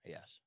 Yes